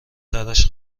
شرش